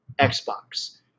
Xbox